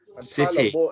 City